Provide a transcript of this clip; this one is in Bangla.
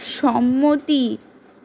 সম্মতি